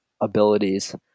abilities